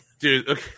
dude